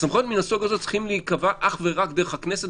סמכויות מן הסוג הזה צריכות להיקבע אך ורק דרך הכנסת,